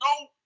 no